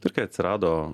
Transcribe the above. ir kai atsirado